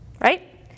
right